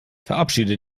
verabschiede